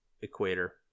equator